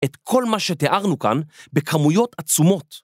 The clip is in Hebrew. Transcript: את כל מה שתיארנו כאן בכמויות עצומות.